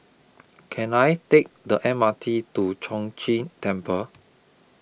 Can I Take The M R T to Chong Chee Temple